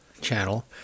Channel